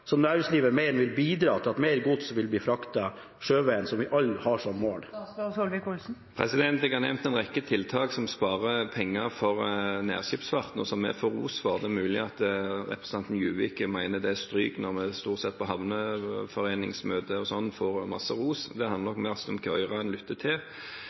som næringslivet mener vil bidra til at mer gods vil bli fraktet sjøvegen, som vi alle har som mål? Jeg har nevnt en rekke tiltak som sparer penger for nærskipsfarten, og som vi får ros for. Det er mulig at representanten Juvik mener det står til stryk når vi stort sett på havneforeningsmøter og slikt får masse ros. Det handler nok mest om hvilket øre han lytter